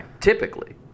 Typically